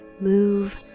move